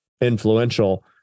influential